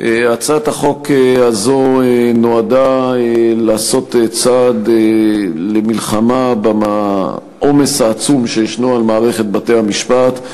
הצעת החוק הזאת נועדה לעשות צעד במלחמה בעומס העצום על מערכת בתי-המשפט,